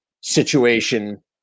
situation